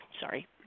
Sorry